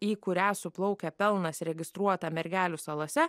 į kurią suplaukia pelnas registruota mergelių salose